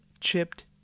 chipped